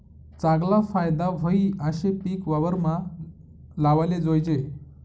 चागला फायदा व्हयी आशे पिक वावरमा लावाले जोयजे